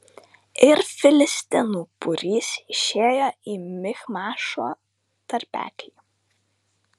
ir filistinų būrys išėjo į michmašo tarpeklį